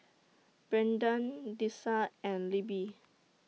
Brendan Dessa and Libby